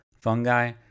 fungi